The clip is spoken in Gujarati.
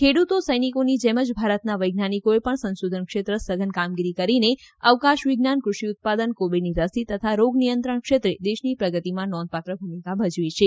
ખેડૂતો સૈનિકોની જેમ જ ભારતના વૈજ્ઞાનિકોએ પણ સંશોધન ક્ષેત્ર સઘન કામગીરી કરીને અવકાશ વિજ્ઞાન કૃષિ ઉત્પાદન કોવિડની રસી તથા રોગ નિયંત્રણ ક્ષેત્રે દેશની પ્રગતિમાં નોંધપાત્ર ભૂમિકા ભજવી છે